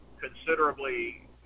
considerably